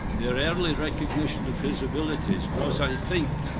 their early recognition of his abilities was, i think,